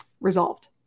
resolved